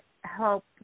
help